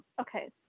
okay